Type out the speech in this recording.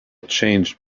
changed